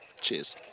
Cheers